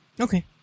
Okay